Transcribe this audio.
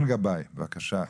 גבאי, בבקשה.